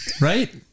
Right